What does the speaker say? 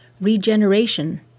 regeneration